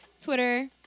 Twitter